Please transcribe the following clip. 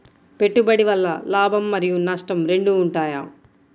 పెట్టుబడి వల్ల లాభం మరియు నష్టం రెండు ఉంటాయా?